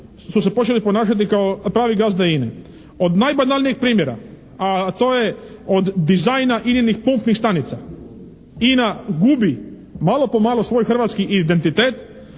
su se počeli ponašati kao pravi gazde INA-e. Od banalnijeg primjera a to je od dizajna INA-inih pumpnih stanica INA gubi malo po malo svoj hrvatski identitet.